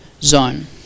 zone